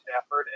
Stafford